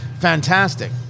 fantastic